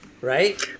right